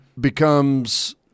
becomes